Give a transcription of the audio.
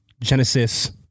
Genesis